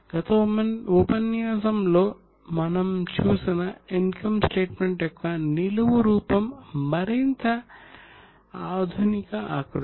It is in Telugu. గత ఉపన్యాసాలలో మనం చూసిన ఇన్కమ్ స్టేట్మెంట్ యొక్క నిలువు రూపం మరింత ఆధునిక ఆకృతి